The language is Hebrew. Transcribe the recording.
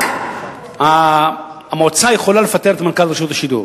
רק המועצה יכולה לפטר את מנכ"ל רשות השידור